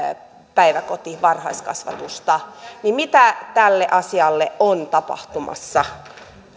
päiväkotivarhaiskasvatusta mitä tälle asialle on tapahtumassa